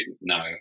no